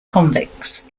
convicts